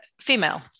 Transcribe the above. Female